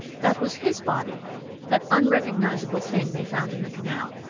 that was his body that unrecognisable thing they found in the canal.